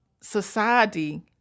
society